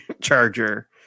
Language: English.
charger